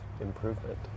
improvement